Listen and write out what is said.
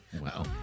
Wow